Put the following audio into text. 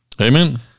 Amen